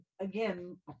again